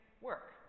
work